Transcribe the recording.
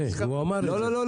לא.